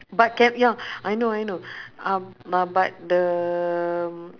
but can ya I know I know uh uh but the